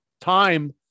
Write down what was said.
time